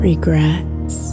Regrets